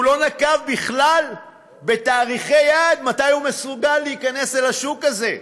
הוא לא נקב בכלל בתאריכי יעד שבהם הוא מסוגל להיכנס לשוק הזה,